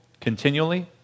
continually